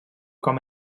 com